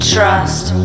Trust